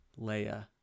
Leia